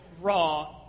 raw